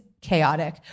chaotic